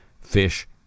fish